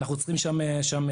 אנחנו צריכים שם חיזוק.